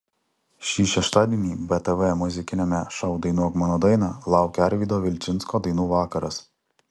šį šeštadienį btv muzikiniame šou dainuok mano dainą laukia arvydo vilčinsko dainų vakaras